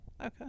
Okay